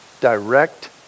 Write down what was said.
Direct